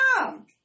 mom